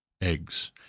eggs